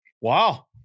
Wow